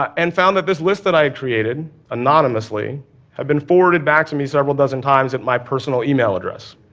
and found that this list that i had created anonymously had been forwarded back to me several dozen times, at my personal email address.